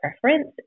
preference